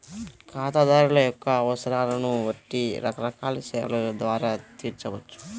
ఖాతాదారుల యొక్క అవసరాలను బట్టి రకరకాల సేవల ద్వారా తీర్చవచ్చు